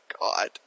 God